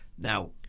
Now